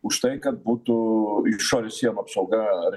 už tai kad būtų išorės sienų apsauga